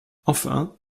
enfin